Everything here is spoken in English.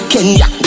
Kenya